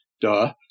duh